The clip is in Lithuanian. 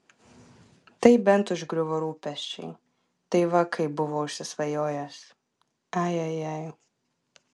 tai bent užgriuvo rūpesčiai tai va kaip buvo užsisvajojęs ai ai ai